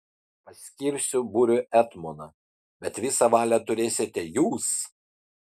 paskirsiu būriui etmoną bet visą valią turėsite jūs